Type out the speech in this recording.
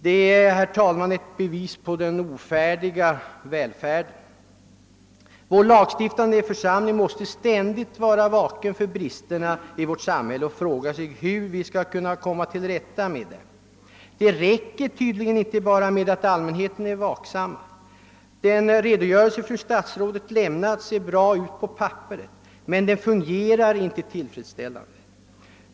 Det är, herr talman, bevis på riktigheten i uttrycket »den ofärdiga välfärden». Vår lagstiftande församling måste ständigt vara vaken för bristerna i vårt samhälle och fråga hur vi skall kunna komma till rätta med dem. Det räcker inte bara med att allmänheten är vaksam. Den redogörelse fru statsrådet lämnat ser bra ut på papperet men fungerar inte tillfredsställande.